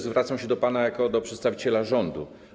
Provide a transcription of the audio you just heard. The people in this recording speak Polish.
Zwracam się do pana jako do przedstawiciela rządu.